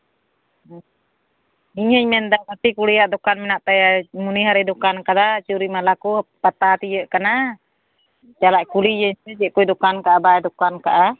ᱤᱧᱤᱧ ᱢᱮᱱᱫᱟ ᱜᱟᱛᱮ ᱠᱩᱲᱤᱭᱟᱜ ᱫᱚᱠᱟᱱ ᱢᱮᱱᱟᱜ ᱛᱟᱭᱟ ᱢᱚᱱᱤᱦᱟᱹᱨᱤᱭ ᱫᱚᱠᱟᱱ ᱠᱟᱫᱟ ᱪᱩᱲᱤ ᱢᱟᱞᱟ ᱠᱚ ᱯᱟᱛᱟ ᱛᱤᱭᱟᱹᱜ ᱠᱟᱱᱟ ᱪᱟᱞᱟᱜ ᱠᱩᱞᱤᱭᱤᱭᱟᱹᱧ ᱥᱮ ᱪᱮᱫ ᱠᱚᱭ ᱫᱚᱠᱟᱱ ᱠᱟᱜᱼᱟ ᱵᱟᱭ ᱫᱚᱠᱟᱱ ᱠᱟᱜᱼᱟ